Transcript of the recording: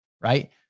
right